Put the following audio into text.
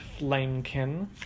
Flamekin